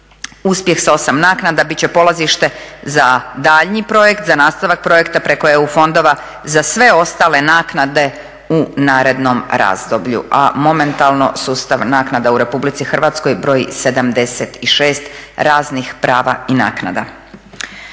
Uspjeh sa 8 naknada bit će polazište za daljnji projekt, za nastavak projekta preko EU fondova za sve ostale naknade u narednom razdoblju, a momentalno sustav naknada u RH broji 76 raznih prava i naknada.